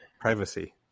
Privacy